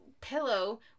pillow